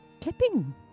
clipping